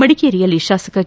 ಮಡಿಕೇರಿಯಲ್ಲಿ ಶಾಸಕ ಕೆ